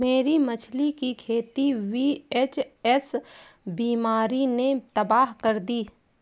मेरी मछली की खेती वी.एच.एस बीमारी ने तबाह कर दी